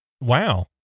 wow